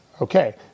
Okay